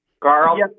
Carl